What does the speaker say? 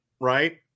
right